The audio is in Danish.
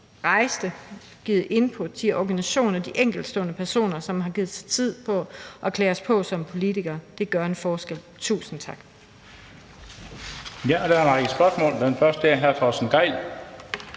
rejse det og har givet input – de organisationer og enkeltpersoner, som har givet sig tid til at klæde os på som politikere. Det gør en forskel. Tusind tak.